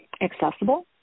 accessible